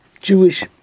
Jewish